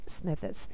Smithers